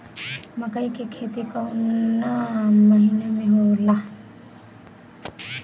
मकई क खेती कवने महीना में होला?